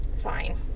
Fine